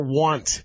want